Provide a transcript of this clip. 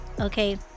Okay